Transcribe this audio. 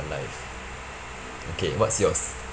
life okay what's yours